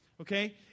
okay